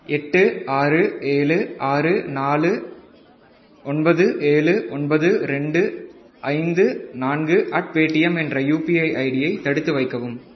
எட்டு ஆறு ஏழு ஆறு நாலு ஒன்பது ஏழு ஒன்பது ரெண்டு ஐந்து நான்கு அட் பேடிஎம் என்ற யுபிஐ ஐடியை தடுத்து வைக்கவும்